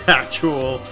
actual